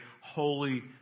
holy